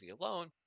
alone